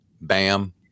bam